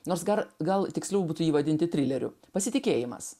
nors gar gal tiksliau būtų jį vadinti trileriu pasitikėjimas